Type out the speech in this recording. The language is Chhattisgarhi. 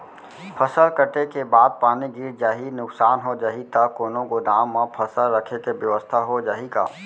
फसल कटे के बाद पानी गिर जाही, नुकसान हो जाही त कोनो गोदाम म फसल रखे के बेवस्था हो जाही का?